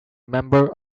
member